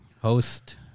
host